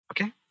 okay